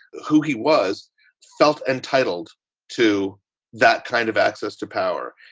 who he was felt entitled to that kind of access to power,